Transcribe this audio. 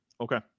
Okay